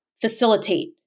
facilitate